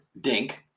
Dink